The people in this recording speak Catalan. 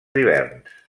hiverns